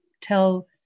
tell